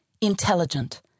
intelligent